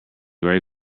very